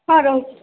ହଁ ରହୁଚେଁ